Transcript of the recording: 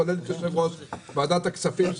כולל את יושב-ראש ועדת הכספים,